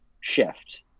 shift